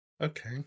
okay